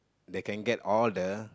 they can get all the